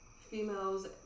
Females